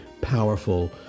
powerful